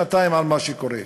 שנתיים על מה שקורה.